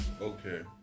okay